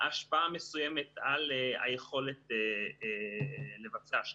השפעה מסוימת על היכולת לבצע השקעות.